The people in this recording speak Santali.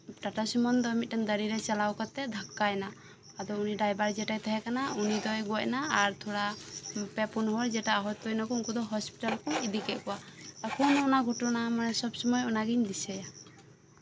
ᱴᱟᱴᱟᱥᱩᱢᱳ ᱫᱚ ᱢᱤᱫᱴᱟᱝ ᱫᱟᱨᱮ ᱨᱮ ᱪᱟᱞᱟᱣ ᱠᱟᱛᱮᱫ ᱫᱷᱟᱠᱠᱟ ᱮᱱᱟ ᱟᱫᱚ ᱩᱱᱤ ᱰᱟᱭᱵᱷᱟᱨ ᱡᱮᱴᱟᱭ ᱛᱟᱦᱮᱸ ᱠᱟᱱᱟ ᱩᱱᱤ ᱫᱚᱭ ᱜᱚᱡ ᱮᱱᱟ ᱟᱨ ᱛᱷᱚᱲᱟ ᱯᱮ ᱯᱩᱱ ᱦᱚᱲ ᱡᱮᱴᱟ ᱟᱦᱚᱛᱚ ᱮᱱᱟᱠᱚ ᱩᱱᱠᱩ ᱫᱚ ᱦᱚᱥᱯᱤᱴᱟᱞ ᱠᱚ ᱤᱫᱤ ᱠᱮᱜ ᱠᱚᱣᱟ ᱮᱠᱷᱚᱱ ᱦᱚᱸ ᱚᱱᱟ ᱜᱷᱚᱴᱚᱱᱟ ᱥᱚᱵᱥᱚᱢᱚᱭ ᱚᱱᱟ ᱜᱤᱧ ᱫᱤᱥᱟᱹᱭᱟ